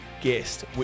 guest